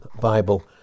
Bible